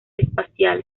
espacial